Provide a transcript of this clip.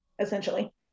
essentially